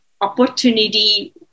opportunity